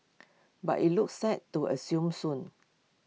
but IT looks set to assume soon